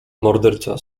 morderca